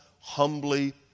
humbly